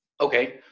Okay